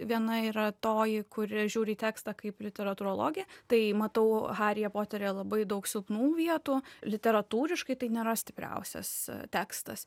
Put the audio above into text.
viena yra toji kuri žiūri į tekstą kaip literatūrologė tai matau haryje poteryje labai daug silpnų vietų literatūriškai tai nėra stipriausias tekstas